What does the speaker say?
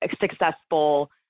successful